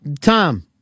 Tom